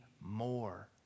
more